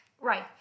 Right